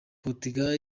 portugal